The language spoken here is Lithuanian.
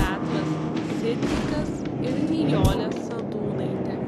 petras cidzikas ir nijolė sadūnaitė